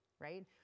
Right